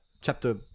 Chapter